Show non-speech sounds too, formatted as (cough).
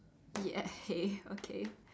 ya (laughs) hey okay